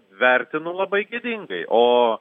vertinu labai gėdingai o